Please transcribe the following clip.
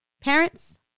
Parents